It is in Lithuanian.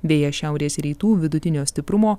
vėjas šiaurės rytų vidutinio stiprumo